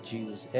Jesus